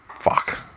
Fuck